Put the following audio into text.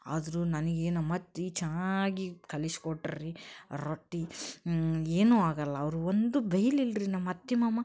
ಆದರೂ ನನಗೆ ನಮ್ಮ ಅತ್ತೆ ಚೆನ್ನಾಗಿ ಕಲಿಸಿಕೊಟ್ರು ರೀ ರೊಟ್ಟಿ ಏನೂ ಆಗಲ್ಲ ಅವರು ಒಂದೂ ಬೈಲಿಲ್ಲ ರೀ ನಮ್ಮ ಅತ್ತೆ ಮಾಮ